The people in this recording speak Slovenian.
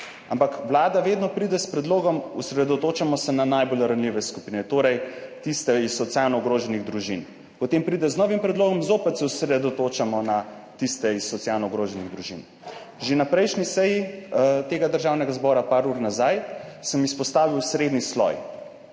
Ampak vlada vedno pride s predlogom, češ, osredotočamo se na najbolj ranljive skupine, torej tiste iz socialno ogroženih družin, potem pride z novim predlogom, zopet se osredotočamo na tiste iz socialno ogroženih družin. Že na prejšnji seji Državnega zbora, nekaj ur nazaj sem izpostavil srednji sloj,